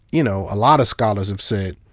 you know a lot of scholars have said